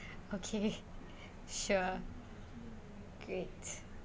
okay sure great